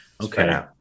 Okay